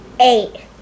Eight